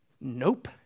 Nope